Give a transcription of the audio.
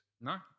No